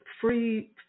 free